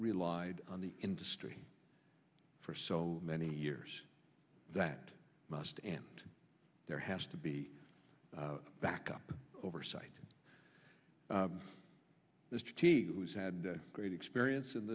relied on the industry for so many years that must and there has to be a backup oversight who's had great experience in